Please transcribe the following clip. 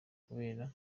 kubera